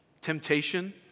Temptation